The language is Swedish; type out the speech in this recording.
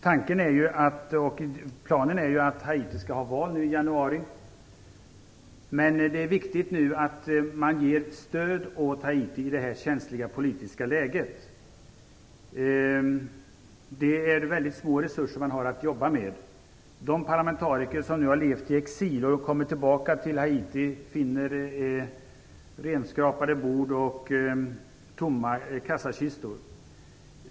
Tanken är att Haiti skall ha val i januari. Det är nu viktigt att ge Haiti stöd i detta känsliga politiska läge. Det finns väldigt små resurser att arbeta med. De parlamentariker som har levt i exil och har kommit tillbaka till Haiti finner renskrapade bord och tomma kassakistor.